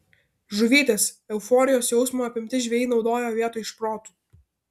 žuvytės euforijos jausmo apimti žvejai naudoja vietoj šprotų